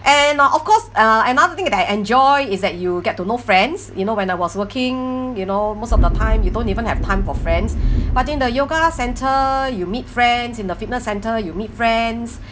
and uh of course uh another thing that I enjoy is that you get to know friends you know when I was working you know most of the time you don't even have time for friends but in the yoga centre you meet friends in a fitness centre you meet friends